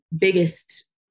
biggest